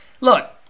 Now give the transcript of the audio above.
Look